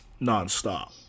nonstop